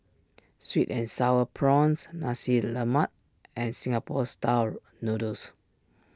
Sweet and Sour Prawns Nasi Lemak and Singapore Style Noodles